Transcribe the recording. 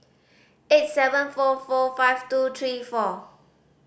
eight seven four four five two three four